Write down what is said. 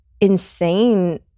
insane